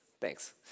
Thanks